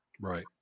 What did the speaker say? right